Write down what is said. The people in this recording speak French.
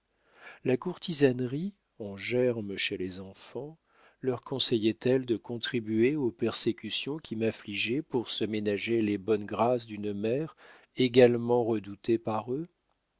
la courtisanerie en germe chez les enfants leur conseillait elle de contribuer aux persécutions qui m'affligeaient pour se ménager les bonnes grâces d'une mère également redoutée par eux